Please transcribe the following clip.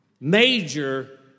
major